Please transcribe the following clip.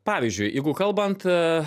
pavyzdžiui jeigu kalbant